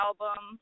album